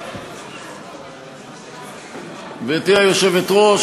גברתי היושבת-ראש,